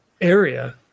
area